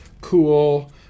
Cool